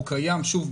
הוא קיים שוב,